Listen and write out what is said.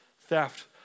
theft